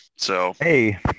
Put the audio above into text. Hey